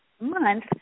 month